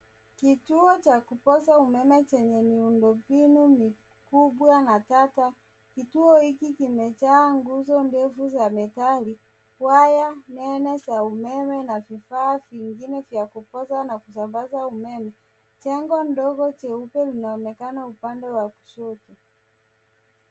Kituo cha kupooza umeme chenye miundombinu mikubwa na sasa. Kituo hiki kimejaa nguzo ndefu za metal ,waya nene za umeme na vifaa vingine vya kupooza na kusambaza umeme. Jengo ndogo jeupe linaonekana upande wa kushoto.